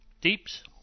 Deeps